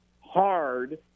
hard